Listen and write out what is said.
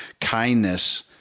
kindness